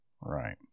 Right